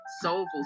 Soulful